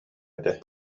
этэ